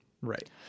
Right